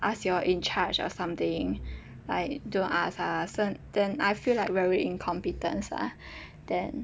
ask your in charge or something like don't ask us so then I feel like very incompetent ah then